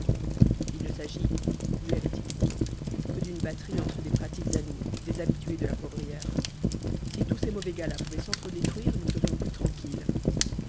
il ne s'agit lui avait-il dit que d'une batterie entre des pratiques à nous des habitués de la poivrière si tous ces mauvais gars-là pouvaient sentre détruire nous serions plus tranquilles